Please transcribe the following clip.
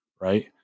Right